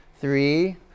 Three